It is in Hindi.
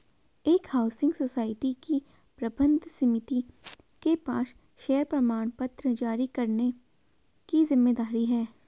एक हाउसिंग सोसाइटी की प्रबंध समिति के पास शेयर प्रमाणपत्र जारी करने की जिम्मेदारी है